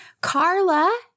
Carla